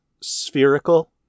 spherical